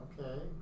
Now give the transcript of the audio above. okay